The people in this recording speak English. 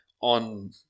on